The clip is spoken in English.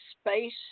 Space